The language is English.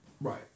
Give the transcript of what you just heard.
right